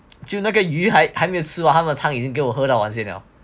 就那个鱼还还没有吃了他们汤已经给我喝到先了